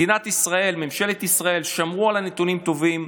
מדינת ישראל, ממשלת ישראל, שמרה על נתונים טובים.